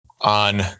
On